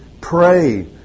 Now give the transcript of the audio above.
pray